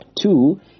two